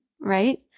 right